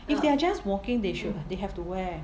if they are just walking they should they have to wear